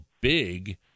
big